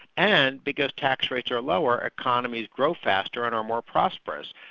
and because tax rates are lower, economies grow faster and are more prosperous.